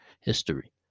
history